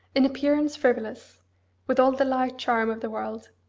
in appearance, frivolous with all the light charm of the world,